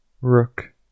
Rook